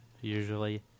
usually